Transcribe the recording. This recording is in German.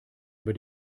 über